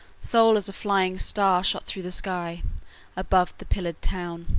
sole as a flying star shot through the sky above the pillared town.